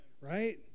right